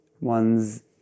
ones